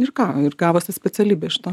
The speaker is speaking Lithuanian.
ir ką ir gavosi specialybė iš to